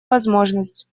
возможность